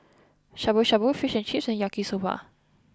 Shabu Shabu Fish and Chips and Yaki Soba